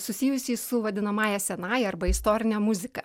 susijusį su vadinamąja senąja arba istorine muzika